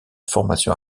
formation